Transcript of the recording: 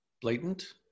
blatant